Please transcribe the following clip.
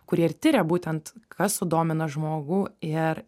kurie ir tiria būtent kas sudomina žmogų ir